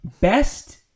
Best